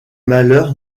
malheur